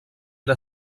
era